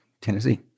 Tennessee